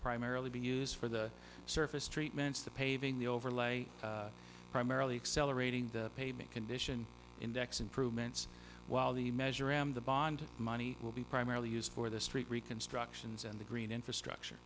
primarily be used for the surface treatments the paving the overlay primarily accelerating the pavement condition index improvements while the measure of the bond money will be primarily used for the street reconstructions and the green infrastructure